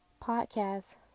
podcast